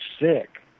sick